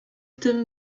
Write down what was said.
tym